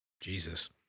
Jesus